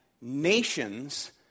nations